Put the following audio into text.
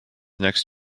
next